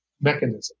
mechanism